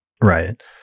Right